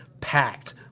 packed